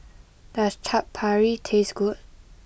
does Chaat Papri taste good